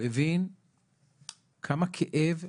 הוא הבין כמה כאב,